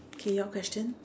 okay your question